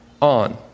on